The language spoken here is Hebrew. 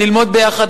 ללמוד ביחד,